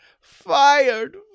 Fired